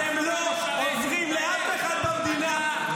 אתם לא עוזרים לאף אחד במדינה,